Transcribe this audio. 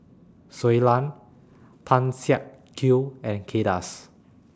Shui Lan Tan Siak Kew and Kay Das